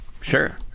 sure